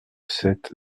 sept